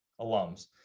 alums